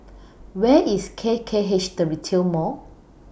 Where IS K K H The Retail Mall